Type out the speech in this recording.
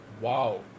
wow